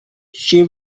she